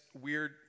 weird